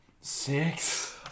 Six